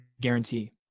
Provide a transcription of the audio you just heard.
guarantee